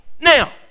Now